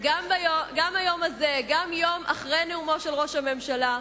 גם היום הזה, גם יום אחרי נאומו של ראש הממשלה,